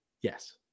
Yes